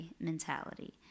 mentality